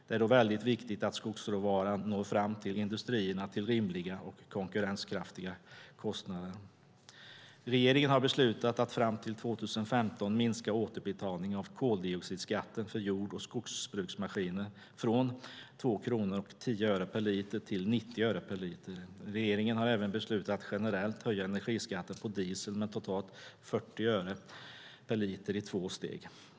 Det är då viktigt att skogsråvaran når fram till industrierna till rimliga och konkurrenskraftiga kostnader. Regeringen har beslutat att fram till 2015 minska återbetalningen av koldioxidskatten för jord och skogsbruksmaskiner från 2:10 kronor per liter till 90 öre per liter. Regeringen har även beslutat att generellt höja energiskatten på diesel med totalt 40 öre per liter i två steg.